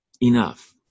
enough